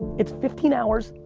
it's fifteen hours,